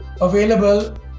available